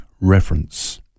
reference